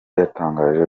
yatangaje